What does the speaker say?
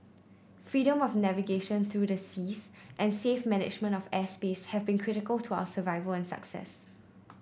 freedom of navigation through the seas and safe management of airspace have been critical to our survival and success